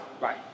Right